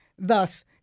Thus